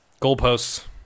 goalposts